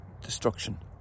destruction